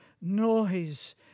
noise